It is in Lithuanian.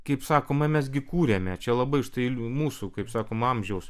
kaip sakoma mes gi kūrėme čia labai štai mūsų kaip sakoma amžiaus